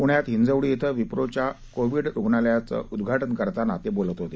पुण्यात हिजवडी इथं विप्रोच्या कोविड रुग्णालय उद्दाटन करताना ते बोलत होते